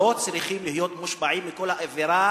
לא צריכים להיות מושפעים מכל האווירה